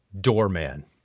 Doorman